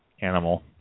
animal